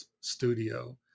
studio